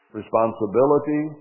responsibility